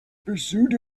pursuit